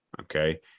okay